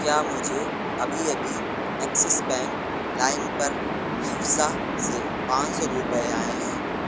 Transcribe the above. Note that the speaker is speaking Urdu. کیا مجھے ابھی ابھی ایکسس بینک لائم پر حفصہ سے پانچ سو روپے آئے ہیں